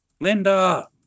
Linda